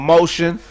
Motion